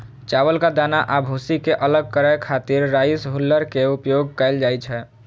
चावलक दाना आ भूसी कें अलग करै खातिर राइस हुल्लर के उपयोग कैल जाइ छै